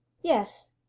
yes,